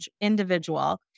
individual